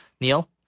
Neil